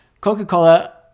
Coca-Cola